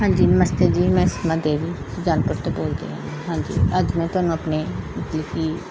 ਹਾਂਜੀ ਨਮਸਤੇ ਜੀ ਮੈਂ ਸੀਮਾ ਦੇਵੀ ਸੁਜਾਨਪੁਰ ਤੋਂ ਬੋਲਦੀ ਹਾਂ ਹਾਂਜੀ ਅੱਜ ਮੈਂ ਤੁਹਾਨੂੰ ਆਪਣੇ ਮਤਲਬ ਕਿ